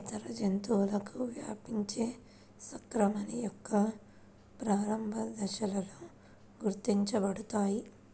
ఇతర జంతువులకు వ్యాపించే సంక్రమణ యొక్క ప్రారంభ దశలలో గుర్తించబడతాయి